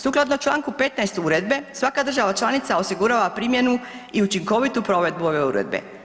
Sukladno čl. 15. uredbe, svaka država članica osigurava primjenu i učinkovitu provedbu ove uredbe.